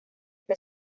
que